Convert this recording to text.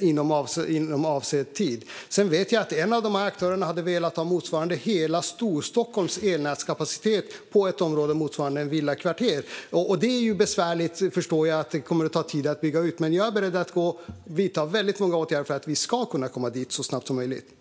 inom avsedd tid. Sedan vet jag att en av aktörerna hade velat ha motsvarande hela Storstockholms elnätskapacitet på ett område motsvarande ett villakvarter. Det förstår jag är besvärligt och kommer att ta tid att bygga ut. Men jag är beredd att vidta väldigt många åtgärder för att vi ska kunna komma dit så snabbt som möjligt.